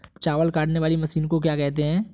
चावल काटने वाली मशीन को क्या कहते हैं?